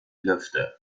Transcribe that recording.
lüfte